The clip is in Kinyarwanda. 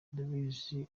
ndabizi